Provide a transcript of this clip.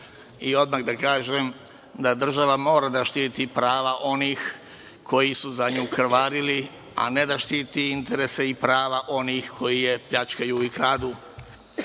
Odmah da kažem da država mora da štiti prava onih koji su za nju krvarili, a ne da štiti interese i prava onih koji je pljačkaju i kradu. Slučaj